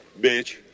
bitch